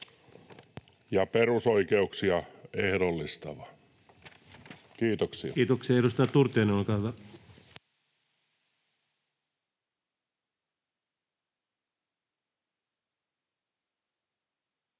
ja perusoikeuksia ehdollistava. — Kiitoksia. Kiitoksia. — Edustaja Turtiainen, olkaa hyvä.